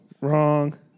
Wrong